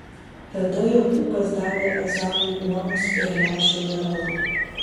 tada jokūbas davė ezavui duonos ir lęšių viralo